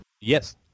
Yes